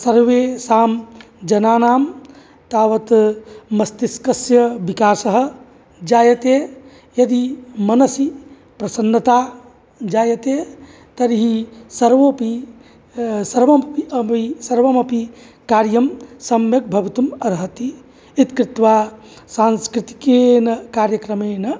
सर्वेषां जनानां तावत् मस्तिष्कस्य विकासः जायते यदि मनसि प्रसन्नता जायते तर्हि सर्वोऽपि सर्वमपि कार्यं सम्यक् भवितुमर्हति इति कृत्वा सांस्कृतिकेन कार्यक्रमेण